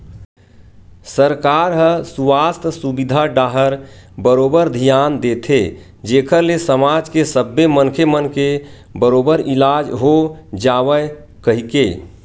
सरकार ह सुवास्थ सुबिधा डाहर बरोबर धियान देथे जेखर ले समाज के सब्बे मनखे मन के बरोबर इलाज हो जावय कहिके